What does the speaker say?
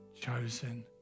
chosen